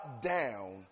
down